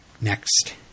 next